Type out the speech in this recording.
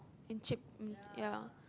ya